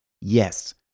Yes